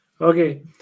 okay